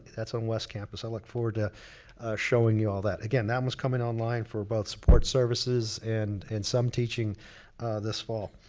that's on west campus. i look forward to showing you all that. again, that one's coming online for both support services and and some teaching this fall.